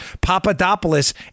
Papadopoulos